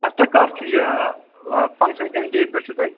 اَدٕ توہہِ کر چھُو یہِ ٲں فَنٛکشَن کَمہِ ڈیٹ پٮ۪ٹھ چھُو تۄہہِ